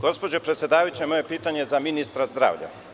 Gospođo predsedavajuća, moje pitanje je za ministra zdravlja.